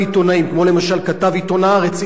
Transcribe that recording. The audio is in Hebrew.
כמו למשל כתב עיתון "הארץ" אילן ליאור,